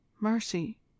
Mercy